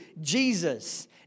Jesus